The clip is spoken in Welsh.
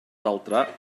daldra